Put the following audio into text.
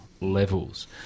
levels